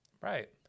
Right